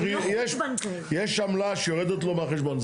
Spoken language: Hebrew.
יש עמלה שיורדת לו מהחשבון,